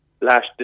last